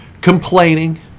complaining